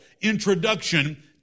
introduction